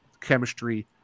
Chemistry